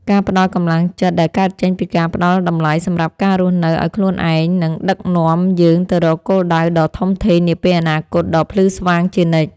ការផ្ដល់កម្លាំងចិត្តដែលកើតចេញពីការផ្ដល់តម្លៃសម្រាប់ការរស់នៅឱ្យខ្លួនឯងនឹងដឹកនាំយើងទៅរកគោលដៅដ៏ធំធេងនាពេលអនាគតដ៏ភ្លឺស្វាងជានិច្ច។